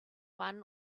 one